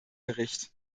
bericht